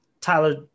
Tyler